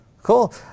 Cool